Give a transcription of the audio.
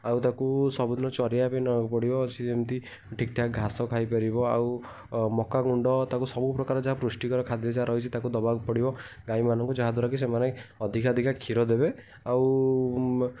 ଆଉ ତାକୁ ସବୁଦିନ ଚରାଇବା ପାଇଁ ନେବାକୁ ପଡ଼ିବ ସେ ଯେମିତି ଠିକ୍ ଠାକ୍ ଘାସ ଖାଇପାରିବ ଆଉ ମକାଗୁଣ୍ଡ ତାକୁ ସବୁପ୍ରକାର ଯା ପୃଷ୍ଟିକର ଖାଦ୍ୟ ଯା ରହିଛି ତାକୁ ଦେବାକୁ ପଡ଼ିବ ଗାଈମାନଙ୍କୁ ଯାହାଦ୍ୱାରା କି ସେମାନେ ଅଧିକା ଅଧିକା କ୍ଷୀର ଦେବେ ଆଉ